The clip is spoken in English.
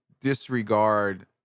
disregard